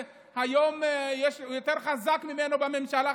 היום יש יותר חזק ממנו בממשלה,